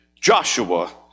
Joshua